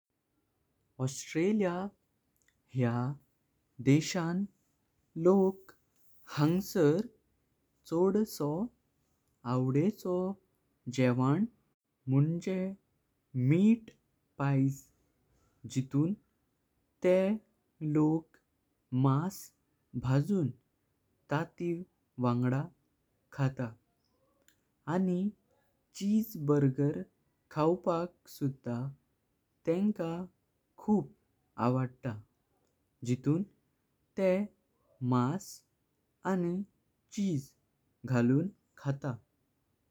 Australia ह्या देशां लोक हंगसर छोडसो आवडेको। जेवन मुँजें मीट पाइज़ जितुन तेह लोक मास भाजुन तशी वांगडा खातात। आणि चीज़बर्गर खावपाक सुधा तेंकां खूब आवडता जितुन तेह मास आणि चीज़ घालून खातात।